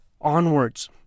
onwards